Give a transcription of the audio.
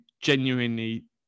genuinely